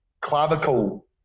clavicle